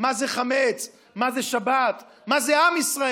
מה זה חמץ, מה זה שבת, מה זה עם ישראל.